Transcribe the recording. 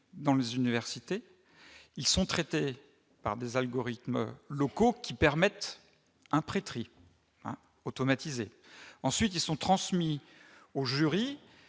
dans les universités, ils sont traités par des algorithmes locaux qui permettent un pré-tri automatisé, ensuite ils sont transmis au jury